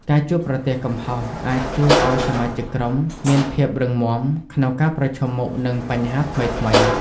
ការជួបប្រទះកំហុសអាចជួយឲ្យសមាជិកក្រុមមាន ភាពរឹងមាំ ក្នុងការប្រឈមមុខនឹងបញ្ហាថ្មីៗ។